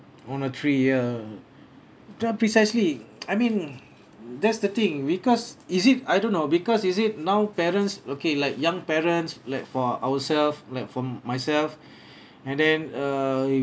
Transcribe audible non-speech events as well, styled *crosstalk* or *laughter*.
on a tree ya ya precisely I mean that's the thing because is it I don't know because is it now parents okay like young parents like for ourselves like from myself *breath* and then err